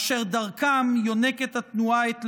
אשר דרכן יונקת התנועה את לשדה?